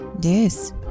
Yes